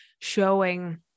showing